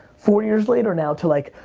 four years later now, to like,